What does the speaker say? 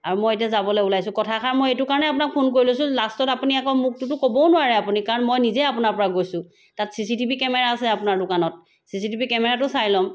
আৰু মই এতিয়া যাবলৈ ওলাইছো কথাষাৰ মই এইটো কাৰণে আপোনাক ফোন কৰি লৈছো লাষ্টত আপুনি আকৌ মোকটোতো ক'বও নোৱাৰে আপুনি কাৰণ মই নিজে আপোনাৰ পৰা গৈছো তাত C C T V camera আছে আপোনাৰ দোকানত চি চি টি ভি কেমেৰাটো চাই ল'ম